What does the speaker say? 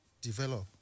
develop